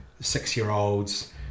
six-year-olds